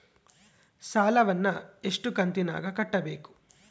ಸಾಲವನ್ನ ಎಷ್ಟು ಕಂತಿನಾಗ ಕಟ್ಟಬೇಕು?